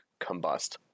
combust